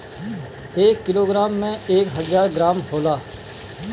एक किलोग्राम में एक हजार ग्राम होला